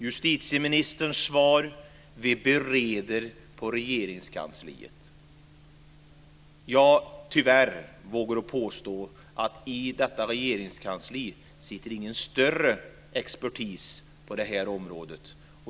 Justitieministerns svar: Vi bereder i Regeringskansliet. Ja, tyvärr, vågar jag påstå att i detta regeringskansli sitter ingen större expertis på det här området.